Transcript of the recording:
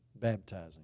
baptizing